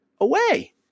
away